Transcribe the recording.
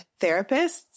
therapists